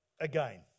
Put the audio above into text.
again